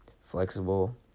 flexible